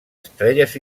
estrelles